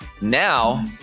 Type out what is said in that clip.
Now